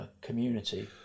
community